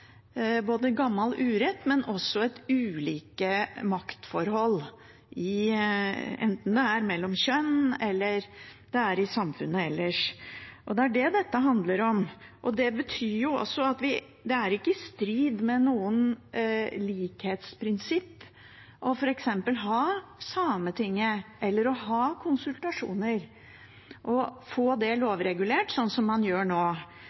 både gammel urett og ulike maktforhold, enten det er mellom kjønn, eller det er i samfunnet ellers. Det er det dette handler om. Det betyr at det ikke er i strid med noe likhetsprinsipp f.eks. å ha Sametinget eller å ha konsultasjoner og få det lovregulert, sånn som man gjør nå.